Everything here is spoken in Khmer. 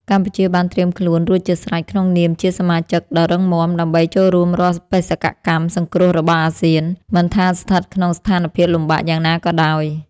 កម្ពុជាបានត្រៀមខ្លួនរួចជាស្រេចក្នុងនាមជាសមាជិកដ៏រឹងមាំ ដើម្បីចូលរួមរាល់បេសកកម្មសង្គ្រោះរបស់អាស៊ាន មិនថាស្ថិតក្នុងស្ថានភាពលំបាកយ៉ាងណាក៏ដោយ។